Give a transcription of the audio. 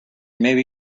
maybe